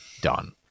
done